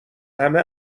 همه